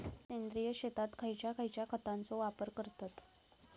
सेंद्रिय शेतात खयच्या खयच्या खतांचो वापर करतत?